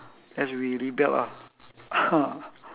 as we rebelled ah